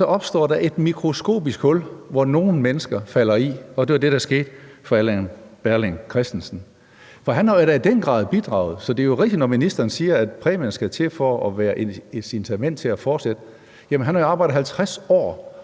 opstår der er et mikroskopisk hul, hvor nogle mennesker falder i, og det var det, der skete for Allan Berling Christensen. For han har da i den grad bidraget. Så det er rigtigt, når ministeren siger, at præmien skal til for at være et incitament til at fortsætte. Jamen han har jo arbejdet 50 år,